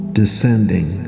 descending